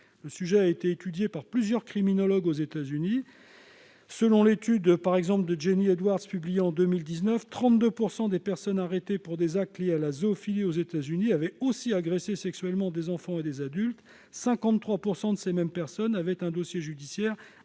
Le sujet a été étudié par plusieurs criminologues aux États-Unis. Selon une étude de Jenny Edwards publiée en 2019, 32 % des personnes arrêtées pour des actes de zoophilie aux États-Unis avaient aussi agressé sexuellement des enfants et des adultes ; 53 % d'entre elles avaient un dossier judiciaire